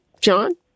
John